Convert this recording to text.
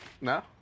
No